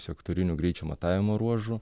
sektorinių greičio matavimo ruožų